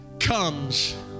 comes